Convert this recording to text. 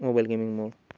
mobile gaming मुळे